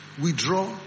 withdraw